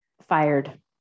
Fired